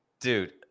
Dude